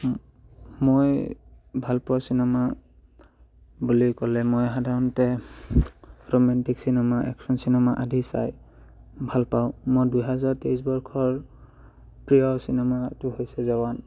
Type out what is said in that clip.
মই ভালপোৱা চিনেমা বুলি ক'লে মই সাধাৰণতে ৰোমেণ্টিক চিনেমা একশ্যন চিনেমা আদি চাই ভাল পাওঁ মই দুহেজাৰ তেইছ বৰ্ষৰ প্ৰিয় চিনেমাটো হৈছে জৱান